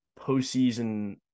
postseason